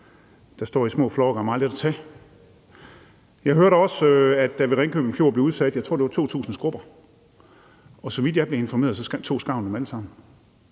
der står i små flokke og er meget lette at tage. Jeg har også hørt, at der ved Ringkøbing Fjord blev udsat, tror jeg, 2.000 skrubber, og så vidt jeg er blevet informeret, tog skarven dem alle sammen